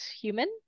human